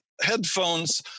headphones